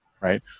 right